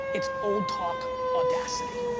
it's old talk audacity.